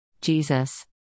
Jesus